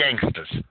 gangsters